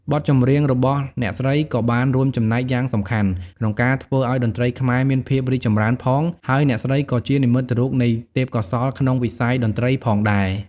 បទចម្រៀងរបស់អ្នកស្រីក៏បានរួមចំណែកយ៉ាងសំខាន់ក្នុងការធ្វើឱ្យតន្ត្រីខ្មែរមានភាពរីកចម្រើនផង ហើយអ្នកស្រីក៏ជានិមិត្តរូបនៃទេពកោសល្យក្នុងវិស័យតន្ត្រីផងដែរ។